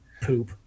poop